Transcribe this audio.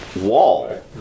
wall